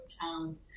town